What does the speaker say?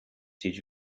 did